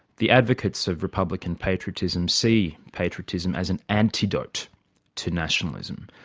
the advocates of republican patriotism see patriotism as an antidote to nationalism.